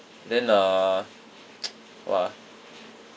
then uh !wah!